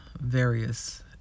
various